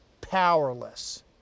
powerless